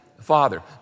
father